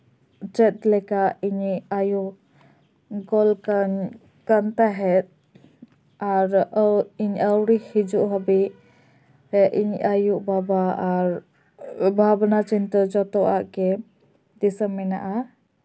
ᱪᱮᱫᱞᱮᱠᱟ ᱤᱧᱤᱧ ᱟᱭᱚ ᱠᱚᱞ ᱠᱟᱱ ᱛᱟᱦᱮᱸᱫ ᱟᱨ ᱟᱣ ᱤᱧ ᱟᱣᱨᱤ ᱦᱤᱡᱩᱜ ᱦᱟᱹᱵᱤᱡ ᱨᱮ ᱤᱧ ᱟᱭᱚ ᱵᱟᱵᱟ ᱟᱨ ᱵᱷᱟᱵᱱᱟ ᱪᱤᱱᱛᱟᱹ ᱡᱚᱛᱚ ᱟᱜ ᱜᱮ ᱫᱤᱥᱟᱹ ᱢᱮᱱᱟᱜᱼᱟ